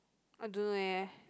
I don't know eh